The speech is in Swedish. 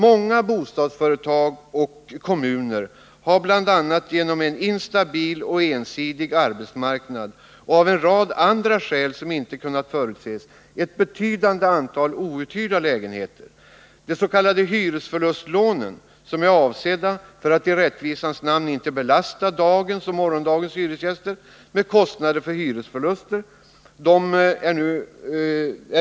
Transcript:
Många bostadsföretag och kommuner har, bl.a. på grund av en instabil och ensidig arbetsmarknad och av en rad andra skäl som inte kunnat förutses, ett betydande antal outhyrda lägenheter. Det är nu meningen att man skall avveckla de s.k. hyresförlustlånen, som är avsedda för att man i rättvisans namn inte skall belasta dagens och morgondagens hyresgäster med kostnader för hyresförluster.